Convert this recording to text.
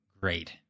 great